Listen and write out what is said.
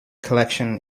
collection